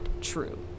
true